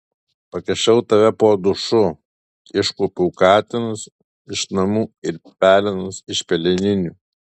pakišau tave po dušu iškuopiau katinus iš namų ir pelenus iš peleninių